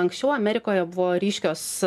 anksčiau amerikoje buvo ryškios